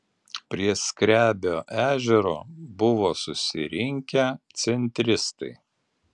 prie skrebio ežero buvo susirinkę centristai